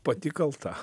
pati kalta